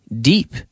deep